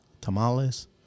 tamales